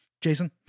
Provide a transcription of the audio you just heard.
Jason